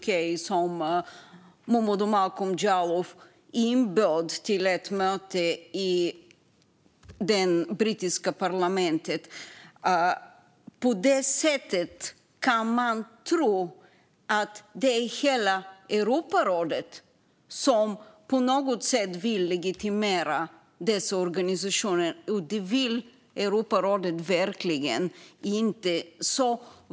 Dessa bjöd Momodou Malcolm Jallow in till ett möte i det brittiska parlamentet. Därigenom kan man tro att hela Europarådet vill legitimera dessa organisationer på något sätt, och det vill Europarådet verkligen inte.